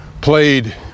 played